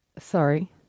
Sorry